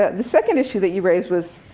the second issue that you raised was,